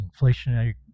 inflationary